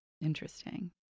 Interesting